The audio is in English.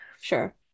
Sure